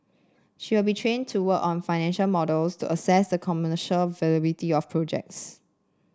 she will be trained to work on financial models to assess the commercial viability of projects